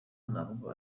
ntabwo